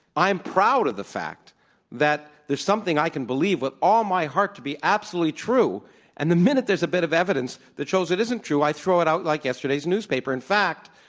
i am proud of the fact that there's something i can believe with all my heart to be absolutely true and the minute there's a bit of evidence that shows it isn't true, i throw it out like yesterday's newspaper. in fact,